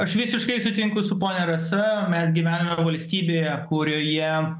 aš visiškai sutinku su ponia rasa mes gyvename valstybėje kurioje